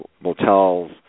motels